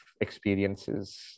experiences